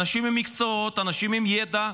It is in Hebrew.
אנשים עם מקצועות, אנשים עם ידע,